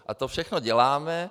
A to všechno děláme.